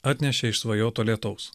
atnešė išsvajoto lietaus